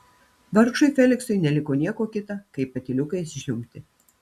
vargšui feliksui neliko nieko kita kaip patyliukais žliumbti